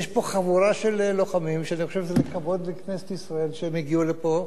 יש פה חבורה של לוחמים שאני חושב שלכבוד לכנסת ישראל שהם הגיעו לפה.